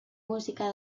música